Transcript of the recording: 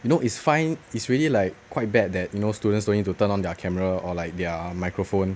you know it's fine it's really like quite bad that you know students don't need to turn on their camera or like their microphone